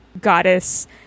goddess